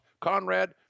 Conrad –